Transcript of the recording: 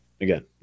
again